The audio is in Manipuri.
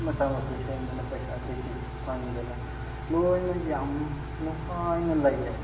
ꯃꯆꯥ ꯃꯁꯨ ꯁꯦꯝꯗꯅ ꯄꯩꯁꯥ ꯀꯩ ꯀꯩ ꯐꯪꯗꯅ ꯂꯣꯏꯅꯃꯛ ꯌꯥꯝ ꯅꯨꯡꯉꯥꯏꯅ ꯂꯩꯌꯦꯕ